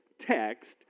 text